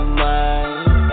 mind